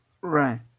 Right